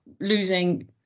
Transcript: losing